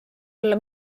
olla